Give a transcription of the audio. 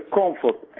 comfort